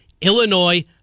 Illinois